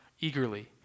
eagerly